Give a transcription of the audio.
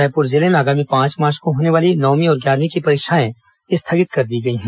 रायपुर जिले में आगामी पांच मार्च को होने वाली नवमीं और ग्यारहवीं की परीक्षाएं स्थगित कर दी गई हैं